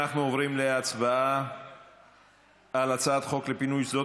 אנחנו עוברים להצבעה על הצעת חוק לפינוי שדות